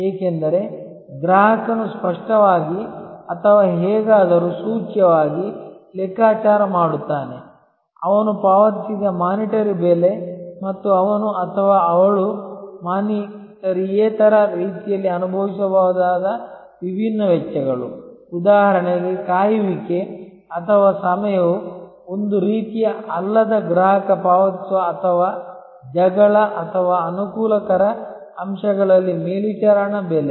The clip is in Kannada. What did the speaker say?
ಏಕೆಂದರೆ ಗ್ರಾಹಕನು ಸ್ಪಷ್ಟವಾಗಿ ಅಥವಾ ಹೇಗಾದರೂ ಸೂಚ್ಯವಾಗಿ ಲೆಕ್ಕಾಚಾರ ಮಾಡುತ್ತಾನೆ ಅವನು ಪಾವತಿಸಿದ ವಿತ್ತೀಯಬೆಲೆ ಮತ್ತು ಅವನು ಅಥವಾ ಅವಳು ಮಾನಿಟರಿಯೇತರ ರೀತಿಯಲ್ಲಿ ಅನುಭವಿಸಬಹುದಾದ ವಿಭಿನ್ನ ವೆಚ್ಚಗಳು ಉದಾಹರಣೆಗೆ ಕಾಯುವಿಕೆ ಅಥವಾ ಸಮಯವು ಒಂದು ರೀತಿಯ ಅಲ್ಲದ ಗ್ರಾಹಕ ಪಾವತಿಸುವ ಅಥವಾ ಜಗಳ ಅಥವಾ ಅನುಕೂಲಕರ ಅಂಶಗಳಲ್ಲಿ ಮೇಲ್ವಿಚಾರಣಾ ಬೆಲೆ